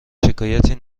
شکایتی